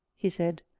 he said,